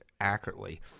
accurately